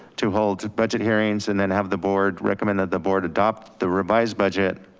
to hold budget hearings, and then have the board, recommend that the board adopt the revised budget